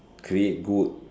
create good